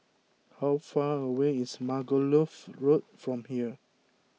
how far away is Margoliouth Road from here